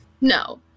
No